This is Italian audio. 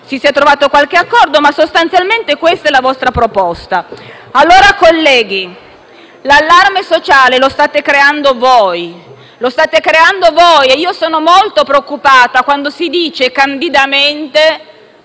si sia trovato qualche accordo, ma sostanzialmente questa è la vostra proposta. Colleghi, l'allarme sociale lo state creando voi e sono molto preoccupata quando sento dire candidamente